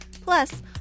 Plus